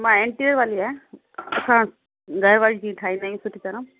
मां इंटीरियर वारी आहियां असां घर वर जीअं ठाहींदा आहियूं सुठी तरह